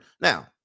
Now